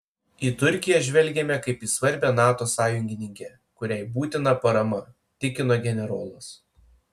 į turkiją žvelgiame kaip į svarbią nato sąjungininkę kuriai būtina parama tikino generolas